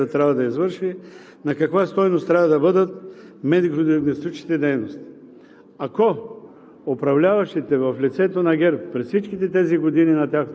и разполага в рамките на своя бюджет колко прегледа трябва да извърши, на каква стойност трябва да бъдат медико-диагностичните дейности.